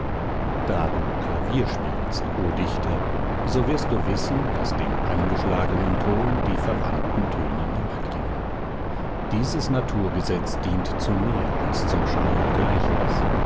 da du klavier spielst o dichter so wirst du wissen daß dem angeschlagenen ton die ihm verwandten töne nachklingen dieses naturgesetz dient zu mehr als zum schalen gleichnis